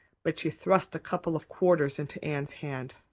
but she thrust a couple of quarters into anne's hand.